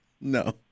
no